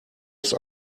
ist